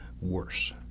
worse